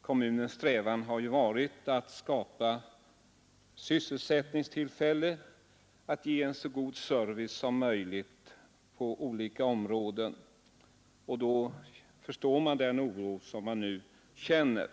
Kommunens strävan har varit att skapa sysselsättningstillfällen och att ge en så god service som möjligt på olika områden. Det är lätt att förstå den oro som man nu känner.